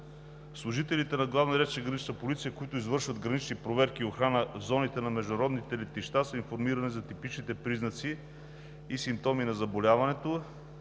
полиция“, които извършват гранични проверки и охрана в зоните на международните летища, са информирани за типичните признаци и симптоми на заболяването,